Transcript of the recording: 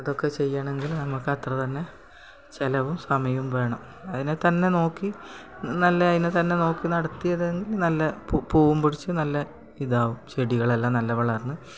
അതൊക്കെ ചെയ്യണമെങ്കിൽ നമുക്കത്ര തന്നെ ചിലവും സമയവും വേണം അതിനെ തന്നെ നോക്കി നല്ല അതിനെ തന്നെ നോക്കി നടത്തിയതെങ്കിൽ നല്ല പൂവും പിടിച്ച് നല്ല ഇതാകും ചെടികളെല്ലാം നല്ല വളർന്ന്